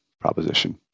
proposition